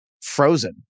frozen